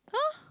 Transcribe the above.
!huh!